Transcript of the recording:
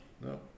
No